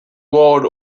world